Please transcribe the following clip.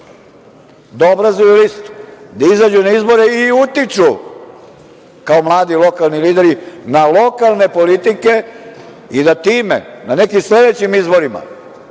da obrazuju listu, da izađu na izbore i utiču kao mladi lokalni lideri na lokalne politike i da time na nekim sledećim izborima,